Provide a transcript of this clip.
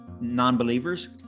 non-believers